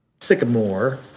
Sycamore